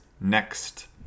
next